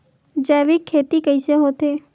जैविक खेती कइसे होथे?